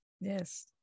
Yes